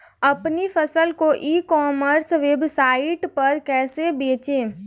अपनी फसल को ई कॉमर्स वेबसाइट पर कैसे बेचें?